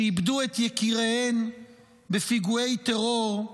שאיבדו את יקיריהן בפיגועי טרור,